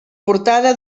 portada